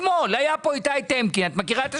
אתמול היה כאן איתי טמקין מאגף